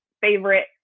favorite